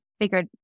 figured